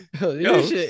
Yo